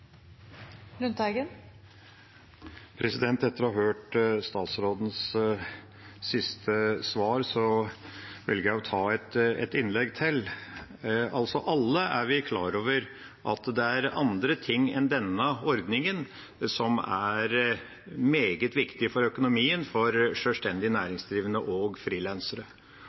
minutter. Etter å ha hørt statsrådens siste svar velger jeg å ta et innlegg til. Alle er vi klar over at det er andre ting enn denne ordningen som er meget viktig for økonomien for sjølstendig næringsdrivende og frilansere.